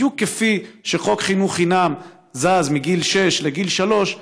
בדיוק כפי שחוק חינוך חינם זז מגיל שש לגיל שלוש,